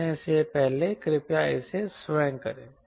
पूछने से पहले कृपया इसे स्वयं करें